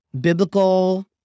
biblical